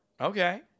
Okay